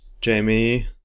Jamie